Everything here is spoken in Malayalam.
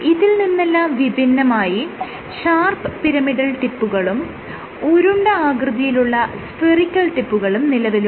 ഇതിൽ നിന്നെല്ലാം വിഭിന്നമായി ഷാർപ് പിരമിടൽ ടിപ്പുകളും ഉരുണ്ട ആകൃതിയിലുള്ള സ്ഫെറിക്കൽ ടിപ്പുകളും നിലവിലുണ്ട്